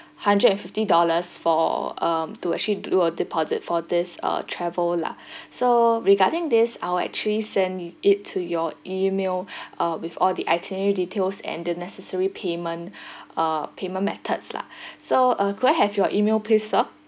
hundred and fifty dollars for um to actually do a deposit for this uh travel lah so regarding this I will actually send it to your email uh with all the itinerary details and the necessary payment uh payment methods lah so uh could I have your email please sir